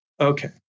okay